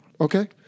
Okay